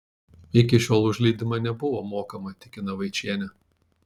iki šiol už leidimą nebuvo mokama tikina vaičienė